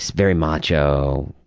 so very macho,